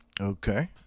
Okay